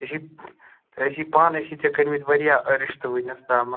یہِ چھُ ژےٚ آسی پانہٕ پانہٕ آسی ژےٚ کٔرۍمٕتۍ وارِیاہ رِشتہٕ وُنِستام